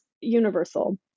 universal